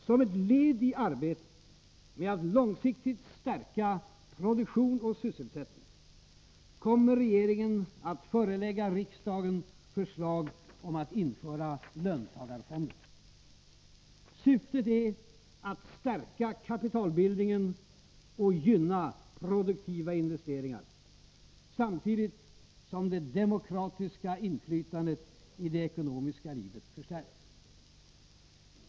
Som ett led i arbetet med att långsiktigt stärka produktion och sysselsättning kommer regeringen att förelägga riksdagen förslag om att införa löntagarfonder. Syftet är att stärka kapitalbildningen och gynna produktiva investeringar, samtidigt som det demokratiska inflytandet i det ekonomiska livet förstärks.